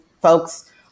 folks